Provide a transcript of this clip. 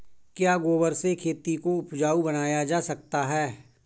क्या गोबर से खेती को उपजाउ बनाया जा सकता है?